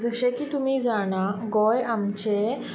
जशें की तुमी जाणा गोंय आमचें